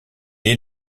est